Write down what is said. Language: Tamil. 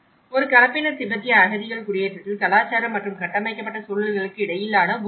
ஒரு கலப்பின திபெத்திய அகதிகள் குடியேற்றத்தில் கலாச்சார மற்றும் கட்டமைக்கப்பட்ட சூழல்களுக்கு இடையிலான உறவு என்ன